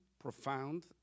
profound